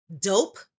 dope